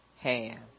hand